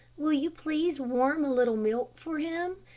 will you please warm a little milk for him?